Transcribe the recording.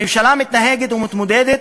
הממשלה מתנהגת ומתמודדת,